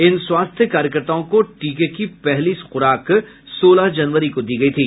इन स्वास्थ्य कार्यकर्ताओं को टीके की पहली खुराक सोलह जनवरी को दी गई थी